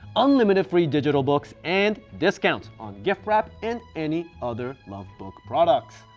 unlimited free digital books, and discount on gift wrap, and any other lovebook products.